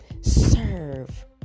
Serve